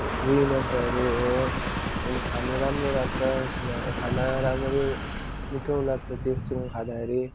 रुई माछाहरू हो अनि खानु राम्रो लाग्छ खाना राम्ररी मिठो लाग्छ त्यो चाहिँ खाँदाखेरि